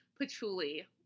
Patchouli